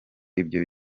ibyo